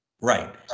Right